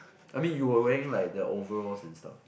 I mean you will wearing like the overalls and stuff